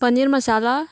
paneer masala